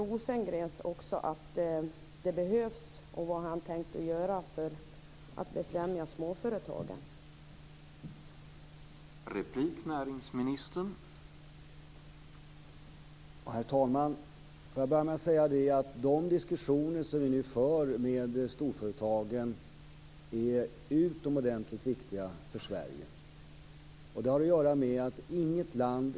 Anser Björn Rosengren att det behövs göras något för att befrämja småföretagen och vad har han i så fall tänkt att göra?